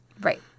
Right